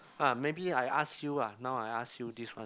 ah maybe I ask you ah now I ask you this one